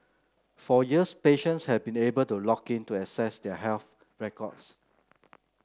for years patients have been able to log in to access their health records